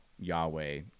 Yahweh